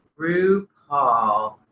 rupaul